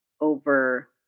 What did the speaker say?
over